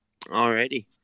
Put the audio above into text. Alrighty